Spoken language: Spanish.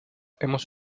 hemos